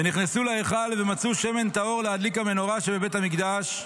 ונכנסו להיכל ולא מצאו שמן טהור להדליק המנורה שבבית המקדש,